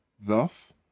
thus